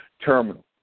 terminal